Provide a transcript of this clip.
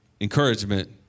encouragement